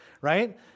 right